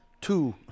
two